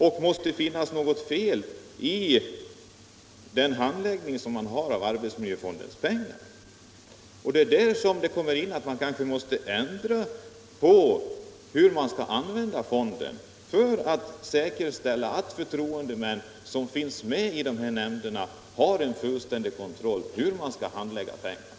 Det måste finnas något fel i den handläggning som sker när det gäller arbetsmiljöfondens pengar. Man kanske måste ändra på handläggningen för att säkerställa att förtroendemän som finns med i dessa nämnder har en fullständig kontroll över hur pengarna används.